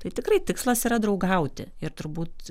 tai tikrai tikslas yra draugauti ir turbūt